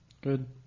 Good